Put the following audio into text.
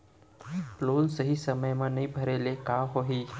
Loan सही समय मा नई भरे ले का होही?